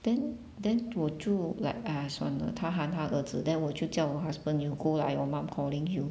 then then 我就 like !aiya! 算了她喊她儿子 then 我就叫我 husband you go lah your mom calling you